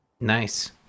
Nice